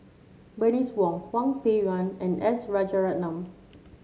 Bernice Wong Hwang Peng Yuan and S Rajaratnam